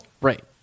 Right